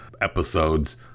episodes